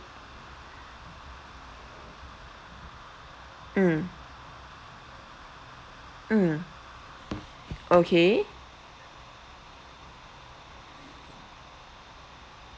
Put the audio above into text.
mm mm okay